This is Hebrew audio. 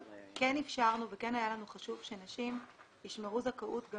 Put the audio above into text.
כן אפשרנו וכן היה לנו חשוב שנשים ישמרו זכאות גם